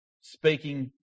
speaking